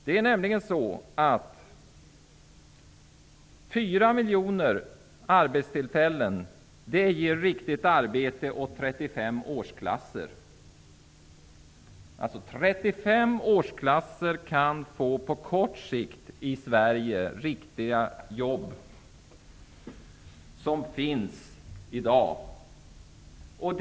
Det är nämligen så, att 4 miljoner arbetstillfällen ger riktigt arbete åt 35 årsklasser, dvs. på kort sikt kan 35 årsklasser i Sverige i dag få riktiga jobb.